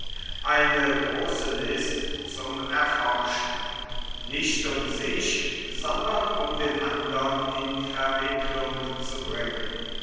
eine große list zum erforschen nicht um sich sondern um den andern in verwickelung zu bringen